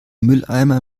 mülleimer